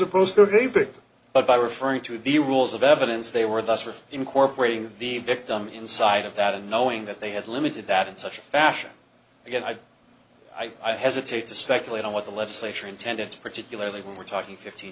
opposed to a very big but by referring to the rules of evidence they were thus for incorporating the victim inside of that and knowing that they had limited that in such a fashion again i i i hesitate to speculate on what the legislature intended for particularly when we're talking fifteen